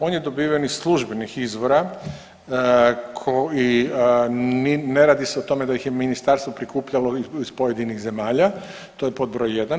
On je dobiven iz službenih izvora koji, ne radi se o tome da ih je ministarstvo prikupljalo iz pojedinih zemalja, to je pod broj jedan.